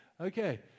Okay